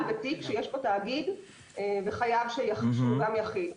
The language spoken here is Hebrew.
בתיק שיש בו תאגיד וחייב שהוא גם יחיד.